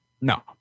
No